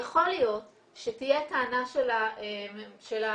יכול להיות שתהיה טענה של החשוד